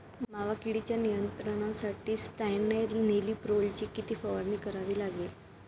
मावा किडीच्या नियंत्रणासाठी स्यान्ट्रेनिलीप्रोलची किती फवारणी करावी लागेल?